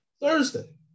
Thursday